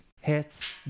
hits